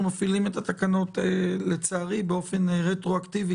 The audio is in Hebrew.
אנחנו מפעילים את התקנות לצערי באופן רטרואקטיבי,